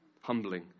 humbling